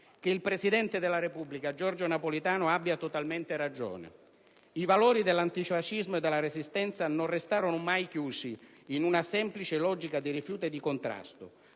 che il Presidente della Repubblica, Giorgio Napolitano, abbia totalmente ragione. I valori dell'antifascismo e della Resistenza non restarono mai chiusi in una semplice logica di rifiuto e di contrasto.